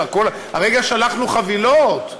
הרגע שלחנו חבילות,